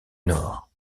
nord